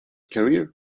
career